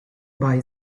buy